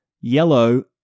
yellow